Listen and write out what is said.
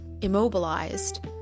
immobilized